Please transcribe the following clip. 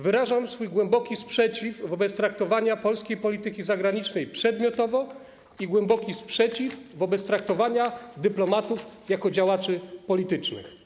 Wyrażam swój głęboki sprzeciw wobec traktowania polskiej polityki zagranicznej przedmiotowo i głęboki sprzeciw wobec traktowania dyplomatów jak działaczy politycznych.